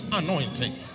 anointing